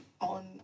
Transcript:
On